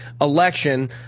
election